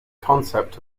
concept